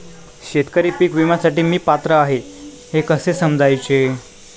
शेतकरी पीक विम्यासाठी मी पात्र आहे हे कसे समजायचे?